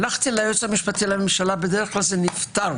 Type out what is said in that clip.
הלכתי ליועץ המשפטי לממשלה, בדרך כלל זה נפתר.